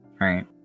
Right